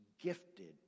gifted